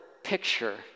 picture